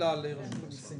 שאלה לרשות המסים.